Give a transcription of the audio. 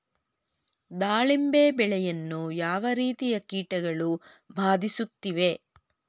ದಾಳಿಂಬೆ ಬೆಳೆಯನ್ನು ಯಾವ ರೀತಿಯ ಕೀಟಗಳು ಬಾಧಿಸುತ್ತಿವೆ?